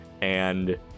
And-